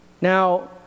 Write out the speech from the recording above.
Now